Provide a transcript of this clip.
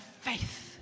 faith